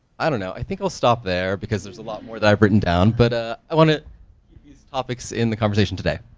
i don't know, i think i'll stop there, because there's a lot more that i've written down, but ah i wanted keep these topics in the conversation today.